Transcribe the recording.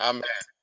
Amen